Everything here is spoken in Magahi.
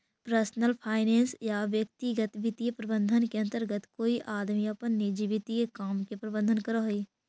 पर्सनल फाइनेंस या व्यक्तिगत वित्तीय प्रबंधन के अंतर्गत कोई आदमी अपन निजी वित्तीय काम के प्रबंधन करऽ हई